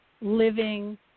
living